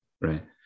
right